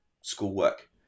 schoolwork